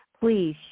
Please